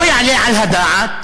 לא יעלה על הדעת